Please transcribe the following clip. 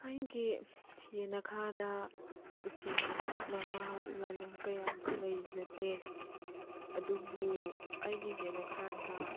ꯑꯩꯒꯤ ꯌꯦꯅꯈꯥꯗ ꯎꯆꯦꯛ ꯀꯧꯁꯤꯟꯅꯕ ꯂꯥꯜꯂꯣꯡ ꯀꯌꯥꯗꯤ ꯂꯩꯖꯗꯦ ꯑꯗꯨꯕꯨ ꯑꯩꯒꯤ ꯌꯦꯅꯈꯥꯗ